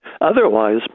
otherwise